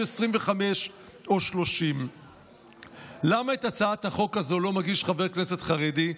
25 או 30. למה את הצעת החוק הזו לא מגיש חבר כנסת חרדי?